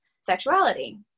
sexuality